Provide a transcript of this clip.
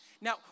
Now